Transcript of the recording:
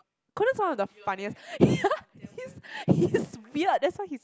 Conan is one of the funniest he is he is weird that's why he is